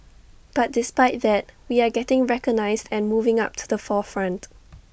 but despite that we are getting recognised and moving up to the forefront